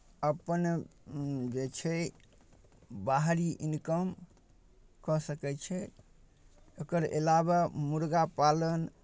अपन जे छै बाहरी इनकम कऽ सकै छै ओकर अलावा मुर्गा पालन